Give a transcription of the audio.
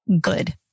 good